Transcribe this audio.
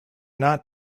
not